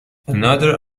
another